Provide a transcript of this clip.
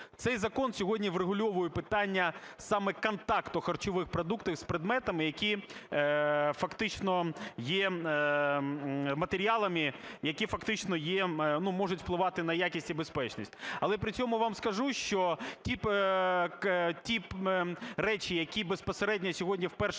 цей закон сьогодні врегульовує питання саме контакту харчових продуктів з предметами, які фактично є матеріалами, які фактично є, ну, можуть впливати на якість і безпечність. Але при цьому вам скажу, що ті речі, які безпосередньо сьогодні вперше